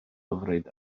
hyfryd